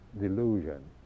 delusion